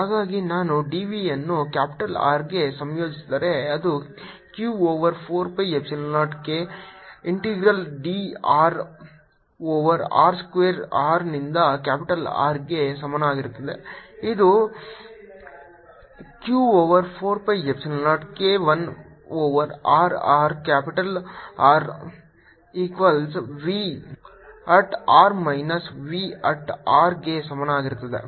ಹಾಗಾಗಿ ನಾನು dv ಯನ್ನು ಕ್ಯಾಪಿಟಲ್ R ಗೆ ಸಂಯೋಜಿಸಿದರೆ ಅದು q over 4 pi epsilon 0 k integral D r over r square r ನಿಂದ ಕ್ಯಾಪಿಟಲ್ R ಗೆ ಸಮನಾಗಿರುತ್ತದೆ ಮತ್ತು ಇದು q over 4 pi epsilon 0 k 1 over r r capital R equals v at r minus v at r ಗೆ ಸಮಾನವಾಗಿರುತ್ತದೆ